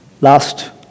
Last